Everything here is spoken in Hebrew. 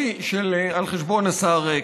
דקה וחצי על חשבון השר כץ.